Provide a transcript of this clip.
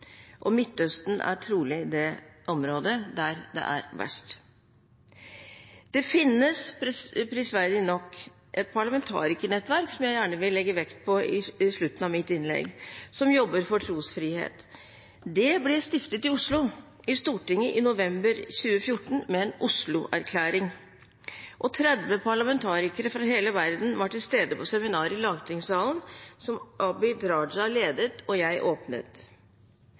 land. Midtøsten er trolig det området der det er verst. Det finnes prisverdig nok et parlamentarikernettverk, som jeg gjerne vil legge vekt på i slutten av mitt innlegg, som jobber for trosfrihet. Det ble stiftet i Oslo i Stortinget i november 2014 med en Oslo-erklæring. 30 parlamentarikere fra hele verden var til stede på seminaret i lagtingssalen, som Abid Q. Raja ledet og jeg åpnet.